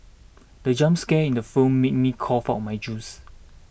the jump scare in the film made me cough out my juice